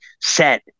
set